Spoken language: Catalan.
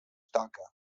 toca